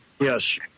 Yes